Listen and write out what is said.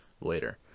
later